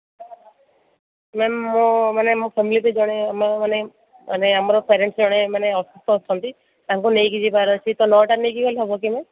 ma'am ମୁଁ ମାନେ ମୋ ଫ୍ୟାମିଲିରୁ ଜଣେ ଆମ ମାନେ ଆମର ପ୍ୟାରେଣ୍ଟସ୍ ଜଣେ ମାନେ ଅସୁସ୍ଥ ଅଛନ୍ତି ତାଙ୍କୁ ନେଇକି ଯିବାର ଅଛି ତ ନଅଟାରେ ନେଇକି ଗଲେ ହେବ କି ମ୍ୟାମ୍